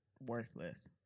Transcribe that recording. worthless